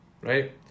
right